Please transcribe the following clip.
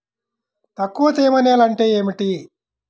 తక్కువ తేమ నేల అంటే ఏమిటి?